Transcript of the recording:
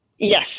Yes